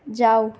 যাও